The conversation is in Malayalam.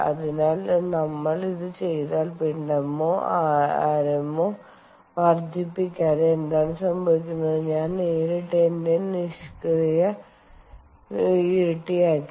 അതിനാൽ നമ്മൾ ഇത് ചെയ്താൽ പിണ്ഡമോ ആരമോ വർദ്ധിപ്പിക്കാതെ എന്താണ് സംഭവിക്കുന്നത് ഞാൻ നേരിട്ട് എന്റെ നിഷ്ക്രിയ നിമിഷം ഇരട്ടിയാക്കി